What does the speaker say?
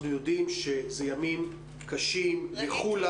אנחנו יודעים שאלה ימים קשים לכולם